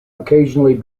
occasionally